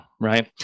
right